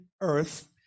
earth